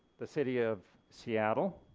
the city of seattle.